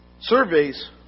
Surveys